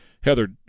Heather